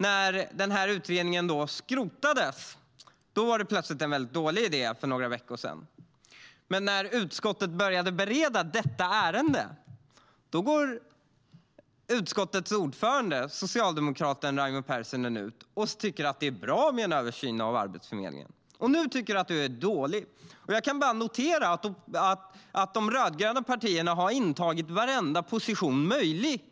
När den här utredningen skrotades var det plötsligt en väldigt dålig idé, för några veckor sedan. Men när utskottet började bereda detta ärende gick utskottets ordförande, socialdemokraten Raimo Pärssinen, ut och tyckte att det var bra med en översyn av Arbetsförmedlingen. Nu tycker man att den är dålig. Jag kan bara notera att de rödgröna partierna har intagit varenda position som är möjlig